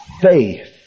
faith